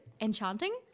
enchanting